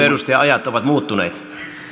edustaja ajat ovat muuttuneet